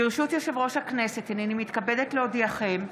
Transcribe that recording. ברשות יושב-ראש הכנסת, הינני מתכבדת להודיעכם,